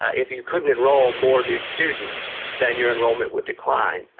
if you couldn't enrol more new students then your enrolment would decline.